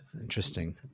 interesting